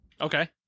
Okay